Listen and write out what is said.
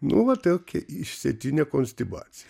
nu va tokia išsėtinė konstibacija